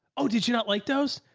oh, did you not like dos?